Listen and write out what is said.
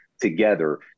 together